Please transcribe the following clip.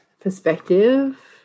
perspective